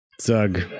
zug